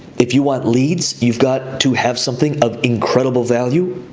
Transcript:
if you want leads, you've got to have something of incredible value.